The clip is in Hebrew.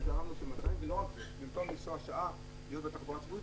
זה גרם שבמקום לנסוע שעה בתחבורה הציבורית,